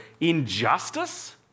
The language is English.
injustice